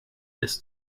this